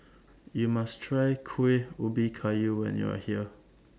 YOU must Try Kuih Ubi Kayu when YOU Are here